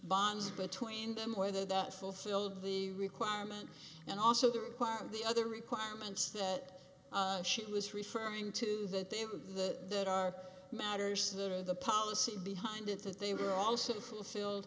bonds between them or that fulfilled the requirement and also the required the other requirements that she was referring to that if the that are matters that are the policy behind it that they were also fulfilled